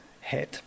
head